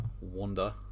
wander